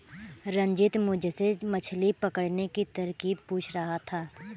रंजित मुझसे मछली पकड़ने की तरकीब पूछ रहा था